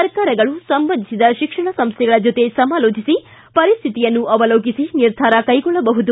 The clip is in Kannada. ಸರ್ಕಾರಗಳು ಸಂಬಂಧಿಸಿದ ಶಿಕ್ಷಣ ಸಂಸ್ಟೆಗಳ ಜೊತೆ ಸಮಾಲೋಚಿಸಿ ಪರಿಸ್ಟಿತಿಯನ್ನು ಅವಲೋಕಿಸಿ ನಿರ್ಧಾರವನ್ನು ಕೈಗೊಳ್ಳಬಹುದು